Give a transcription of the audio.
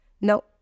No